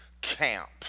camp